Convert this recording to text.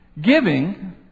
Giving